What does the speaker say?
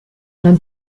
non